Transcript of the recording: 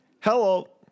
Hello